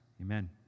Amen